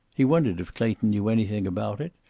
he wondered if clayton knew anything about it,